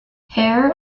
hare